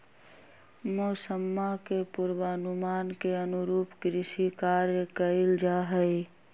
मौसम्मा के पूर्वानुमान के अनुरूप कृषि कार्य कइल जाहई